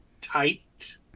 tight